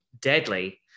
deadly